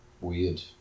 weird